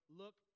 look